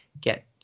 get